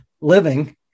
living